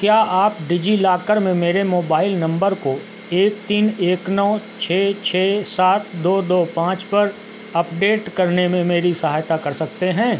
क्या आप डिजिलॉकर में मेरे मोबाइल नम्बर को एक तीन एक नौ छः छः सात दो दो पाँच पर अपडेट करने में मेरी सहायता कर सकते हैं